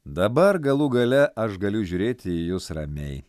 dabar galų gale aš galiu žiūrėti į jus ramiai